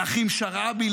לאחים שרעבי,